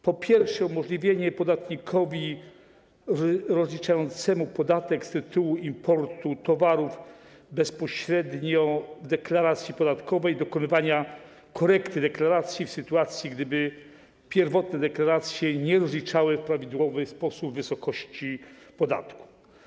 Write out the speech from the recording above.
Po pierwsze, umożliwienie podatnikowi rozliczającemu podatek z tytułu importu towarów bezpośrednio w deklaracji podatkowej dokonywania korekty deklaracji w sytuacji, gdyby w pierwotnej deklaracji nie rozliczył w prawidłowy sposób wysokości podatku.